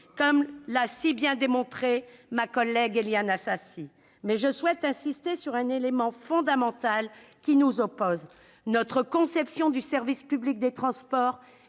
comme l'a si bien démontré ma collègue Éliane Assassi, mais je souhaite insister sur un point fondamental d'opposition entre nous : notre conception du service public des transports